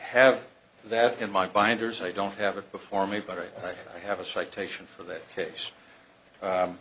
have that in my binders i don't have it before me but i have a citation for that case